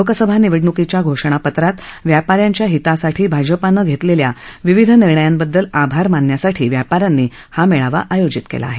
लोकसभा निवडणुकीच्या घोषणापत्रात व्यापाऱ्यांच्या हितासाठी भाजपानं घेतलेल्या विविध निर्णयांबद्दल आभार मानण्यासाठी व्यापाऱ्यांनी हे मेळावा आयोजित केला आहे